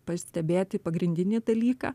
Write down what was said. pastebėti pagrindinį dalyką